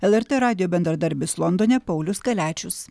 lrt radijo bendradarbis londone paulius kaliačius